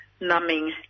numbing